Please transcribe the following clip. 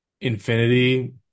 Infinity